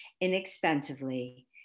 inexpensively